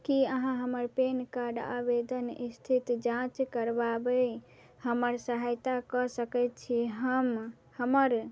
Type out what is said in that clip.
कि अहाँ हमर पैन कार्ड आवेदन इस्थिति जाँच करबाबै हमर सहायता कऽ सकै छी हम हमर